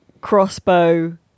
crossbow